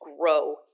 grow